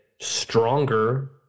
stronger